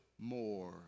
more